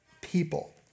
people